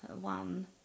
one